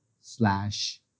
slash